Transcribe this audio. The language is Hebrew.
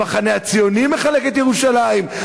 המחנה הציוני מחלק את ירושלים,